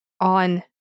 on